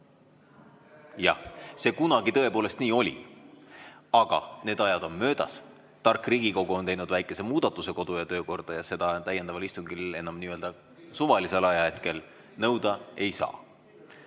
Jah, see kunagi tõepoolest nii oli, aga need ajad on möödas. Tark Riigikogu on teinud väikese muudatuse kodu‑ ja töökorda ja seda täiendaval istungil nii-öelda suvalisel ajahetkel enam nõuda ei saa.